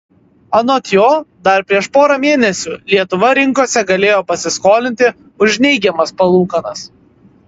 anot jo dar prieš porą mėnesių lietuva rinkose galėjo pasiskolinti už neigiamas palūkanas